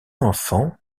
enfant